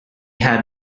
have